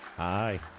Hi